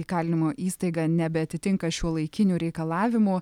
įkalinimo įstaiga nebeatitinka šiuolaikinių reikalavimų